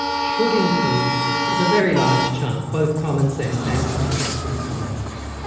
should include as a very large chunk, both commonsense and the contemporary sciences.